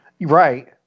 Right